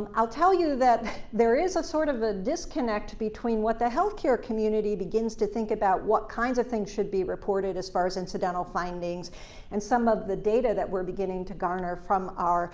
um i'll tell you that there is a sort of a disconnect between what the healthcare community begins to think about what kinds of things should be reported as far as incidental findings and some of the data that we're beginning to garner from our